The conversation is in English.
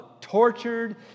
tortured